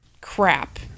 crap